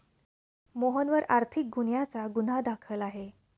मोहनवर आर्थिक गुन्ह्याचा गुन्हा दाखल आहे